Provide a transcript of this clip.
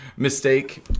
Mistake